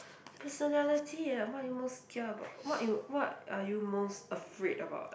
personality ah what are you most kia about what you what are you most afraid about ah